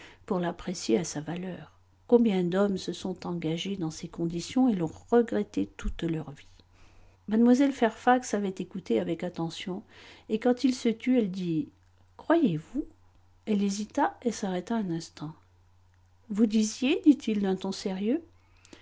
pour l'apprécier à sa valeur combien d'hommes se sont engagés dans ces conditions et l'ont regretté toute leur vie mlle fairfax avait écouté avec attention et quand il se tut elle dit croyez-vous elle hésita et s'arrêta un instant vous disiez dit-il d'un ton sérieux